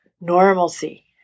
normalcy